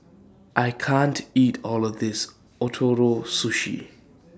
I can't eat All of This Ootoro Sushi